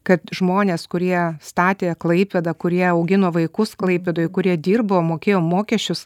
kad žmonės kurie statė klaipėdą kurie augino vaikus klaipėdoj kurie dirbo mokėjo mokesčius